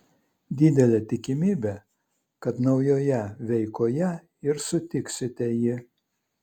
didelė tikimybė kad naujoje veikoje ir sutiksite jį